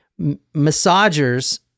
massagers